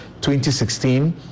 2016